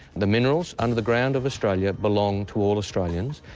the minerals under the ground of australia, belong to all australians,